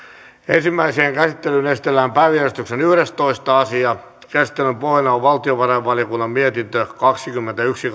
ensimmäiseen käsittelyyn esitellään päiväjärjestyksen yhdestoista asia käsittelyn pohjana on valtiovarainvaliokunnan mietintö kaksikymmentäyksi